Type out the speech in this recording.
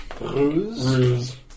Ruse